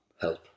help